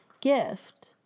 gift